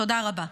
תודה רבה.